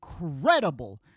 incredible